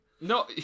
no